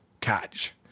catch